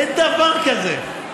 אין דבר כזה.